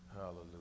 Hallelujah